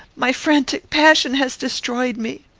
my frantic passion has destroyed me.